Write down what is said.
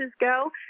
go